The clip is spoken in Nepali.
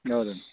हजुर